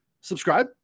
subscribe